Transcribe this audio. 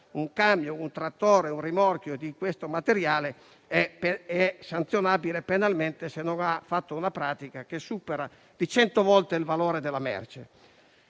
un camion, un trattore o un rimorchio carichi di questo materiale è sanzionabile penalmente, se non ha fatto una pratica che supera di 100 volte il valore della merce.